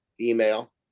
email